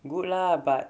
good lah but